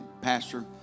Pastor